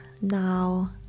now